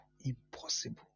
Impossible